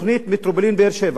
תוכנית מטרופולין באר-שבע